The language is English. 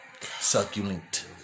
Succulent